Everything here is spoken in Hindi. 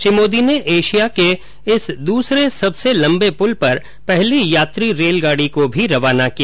श्री मोदी ने एशिया के इस दूसरे सबसे लंबे पुल पर पहली यात्री रेलगाड़ी को भी रवाना किया